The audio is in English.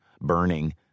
burning